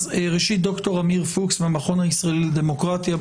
ד"ר עמיר פוקס מהמכון הישראלי לדמוקרטיה,